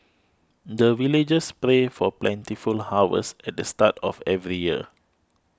the villagers pray for plentiful harvest at the start of every year